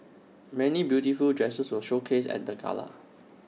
many beautiful dresses were showcased at the gala